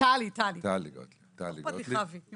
הגברת ירונה שלום,